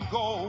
go